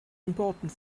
important